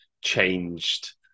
changed